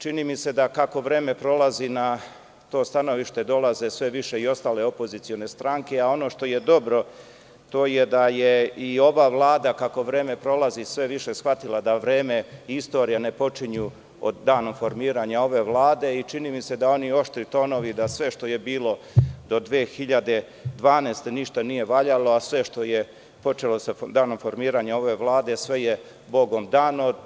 Čini mi se da kako vreme prolazi na to stanovište dolaze sve više i ostale opozicione stranke, a ono što je dobro, to je da je i ova vlada, kako vreme prolazi, sve više shvatila da vreme i istorija ne počinju danom formiranja ove vlade i čini mi se da oni oštri tonovi da sve što je bilo do 2012. godine ništa nije valjalo,a sve što je počelo sa danom formiranja ove vlade, sve je Bogom dano.